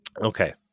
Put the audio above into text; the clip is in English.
Okay